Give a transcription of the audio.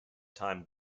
time